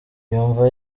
yumva